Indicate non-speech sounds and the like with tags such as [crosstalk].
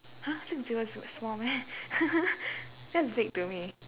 !huh! six table is what small meh [laughs] that's big to me